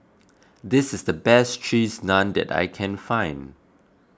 this is the best Cheese Naan that I can find